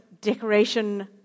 decoration